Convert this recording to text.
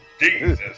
Jesus